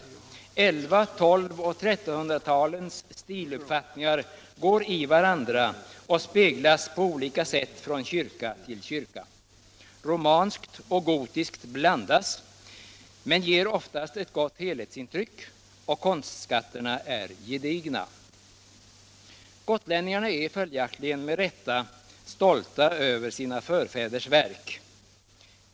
1100-, 1200 och 1300-talens stil — Kyrkorestaureringuppfattningar går i varandra och speglas på olika sätt från kyrka till kyrka. — ar på Gotland Romanskt och gotiskt blandas, men detta ger oftast ett gott helhetsintryck, och konstskatterna är gedigna. Gotlänningarna är följaktligen med rätta stolta över sina förfäders verk.